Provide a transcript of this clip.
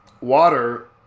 water